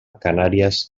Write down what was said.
canàries